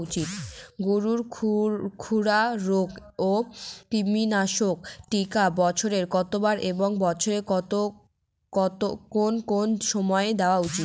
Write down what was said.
গরুর খুরা রোগ ও কৃমিনাশক টিকা বছরে কতবার এবং বছরের কোন কোন সময় দেওয়া উচিৎ?